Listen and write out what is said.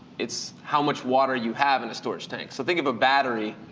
it's how much water you have in a storage tank. so think of a battery.